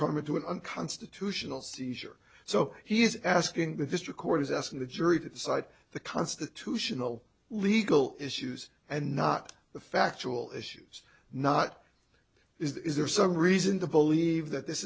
coming to an unconstitutional seizure so he's asking the district court is asking the jury to decide the constitutional legal issues and not the factual issues not is there some reason to believe that this